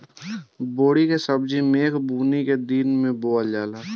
बोड़ी के सब्जी मेघ बूनी के दिन में बोअल जाला